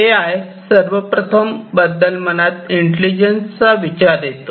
ए I सर्वप्रथम बद्दल मनात इंटेलिजन्स चा विचार येतो